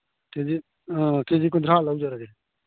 ꯀꯦ G ꯀꯨꯟꯊ꯭ꯔꯥ ꯂꯧꯖꯔꯒꯦ